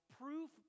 Proof